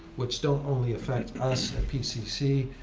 which don't only affect us at pcc.